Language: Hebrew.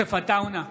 יוסף עטאונה,